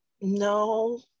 No